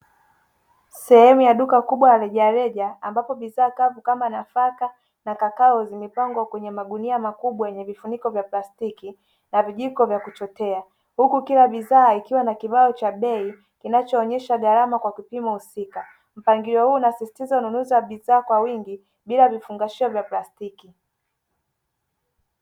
Sehemu ya duka kubwa la rejareja ambapo bidhaa kavu kama nafaka na Kakao zimepangwa kwenye magunia makubwa yenye vifuniko vya plastiki na vijiko vya kuchotea huku kila bidhaa ikiwa na kibao cha bei kinachoonyesha gharama kwa kipimo husika. Mpangilio huu unasisitiza ununuzi wa bidhaa kwa wingi bila vifungashio vya plastiki.